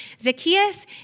Zacchaeus